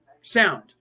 sound